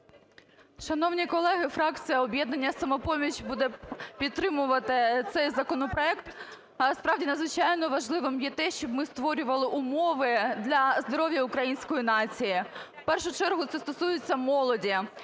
Шановні колеги, фракція "Об'єднання "Самопоміч" буде підтримувати цей законопроект. А справді надзвичайно важливим є те, щоб ми створювали умови для здоров'я української нації, в першу чергу це стосується молоді.